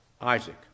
Isaac